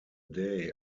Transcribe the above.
day